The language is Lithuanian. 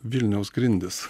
vilniaus grindis